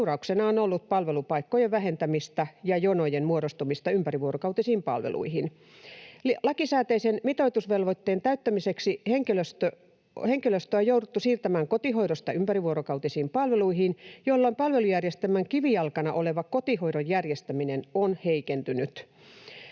seurauksena on ollut palvelupaikkojen vähentämistä ja jonojen muodostumista ympärivuorokautisiin palveluihin. Lakisääteisen mitoitusvelvoitteen täyttämiseksi henkilöstöä on jouduttu siirtämään kotihoidosta ympärivuorokautisiin palveluihin, jolloin palvelujärjestelmän kivijalkana olevan kotihoidon järjestäminen on heikentynyt.”